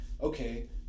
okay